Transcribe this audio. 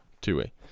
two-way